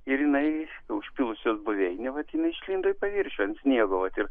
ir jinai užpylus jos buveinę vat jinai išlindo į paviršių ant sniego vat ir